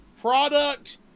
product